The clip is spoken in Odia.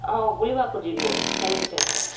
ହଁ ବୁଲିବାକୁ ଯିବି ଫ୍ୟାମିଲି ସହିତ